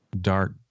dark